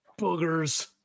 boogers